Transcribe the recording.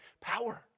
power